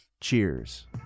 Cheers